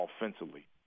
offensively